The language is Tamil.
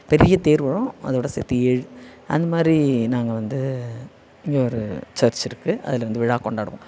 பெரிய தேர் வரும் அதோடு சேர்த்து ஏழு அந்த மாதிரி நாங்கள் வந்து இங்கே ஒரு சர்ச் இருக்குது அதில் வந்து விழா கொண்டாடுவோம்